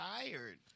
tired